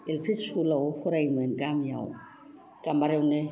L P स्कुलाव फरायोमोन गामियाव गामबारियावनो